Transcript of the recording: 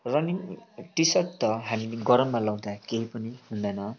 running T shirt त हामी गरममा लाउँदा केही पनि हुँदैन